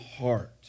heart